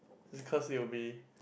because it will be